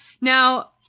Now